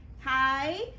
Hi